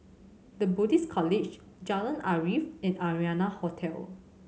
The Buddhist College Jalan Arif and Arianna Hotel